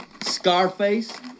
Scarface